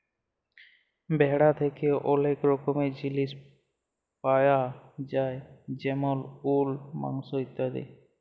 ভেড়া থ্যাকে ওলেক রকমের জিলিস পায়া যায় যেমল উল, মাংস ইত্যাদি